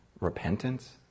repentance